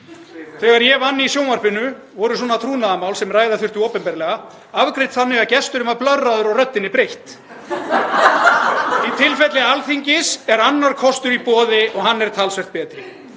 Þegar ég vann í sjónvarpinu voru svona trúnaðarmál sem ræða þurfti opinberlega afgreidd þannig að gesturinn var blörraður og röddinni breytt. [Hlátur í þingsal.] Í tilfelli Alþingis er annar kostur í boði og hann er talsvert betri: